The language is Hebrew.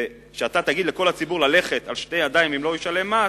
כשאתה תגיד לכל הציבור ללכת על שתי הידיים אם הוא לא ישלם מס,